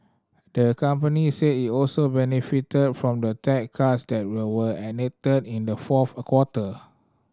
the company said it also benefited from the tax cuts that will were enacted in the fourth quarter